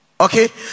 Okay